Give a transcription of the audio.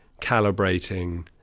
calibrating